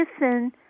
listen